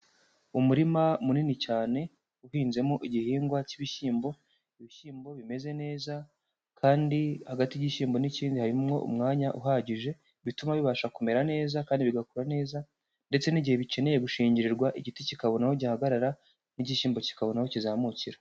Umurima munini cyane uhinzemo igihingwa k'ibishyimbo, ibishyimbo bimeze neza kandi hagati y'igishyimbo n'ikindi harimwo umwanya uhagije bituma bibasha kumera neza kandi bigakura neza, ndetse n'igihe bikeneye gushingirirwa igiti kikabona aho gihagarara n'igishyimbo kikabona aho kizamukira.